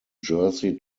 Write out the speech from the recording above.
jersey